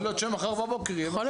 יכול להיות שמחר בבוקר יהיה משהו חדש.